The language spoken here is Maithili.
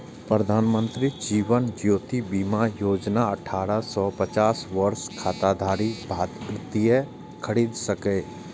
प्रधानमंत्री जीवन ज्योति बीमा योजना अठारह सं पचास वर्षक खाताधारी भारतीय खरीद सकैए